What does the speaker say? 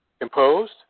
imposed